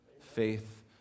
Faith